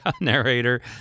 Narrator